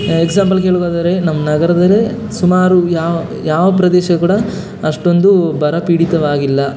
ಎಕ್ಸಾಂಪಲ್ಲಿಗೆ ಹೇಳುವುದಾದರೆ ನಮ್ಮ ನಗರದಲ್ಲೇ ಸುಮಾರು ಯಾವ ಯಾವ ಪ್ರದೇಶ ಕೂಡ ಅಷ್ಟೊಂದು ಬರಪೀಡಿತವಾಗಿಲ್ಲ